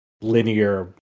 linear